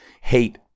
hate